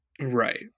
Right